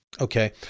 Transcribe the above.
Okay